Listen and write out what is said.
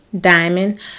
Diamond